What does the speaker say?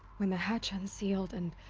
when the hatch unsealed, and.